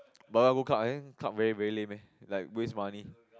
but I go club then club very very lame eh like waste money